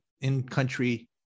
in-country